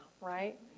right